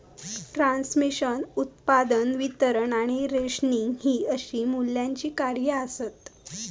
transmission, उत्पादन, वितरण आणि रेशनिंग हि अशी मूल्याची कार्या आसत